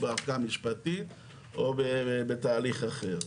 או בערכאה משפטית או בתהליך אחר.